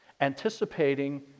anticipating